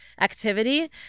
activity